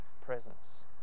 presence